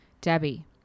Debbie